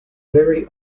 very